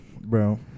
bro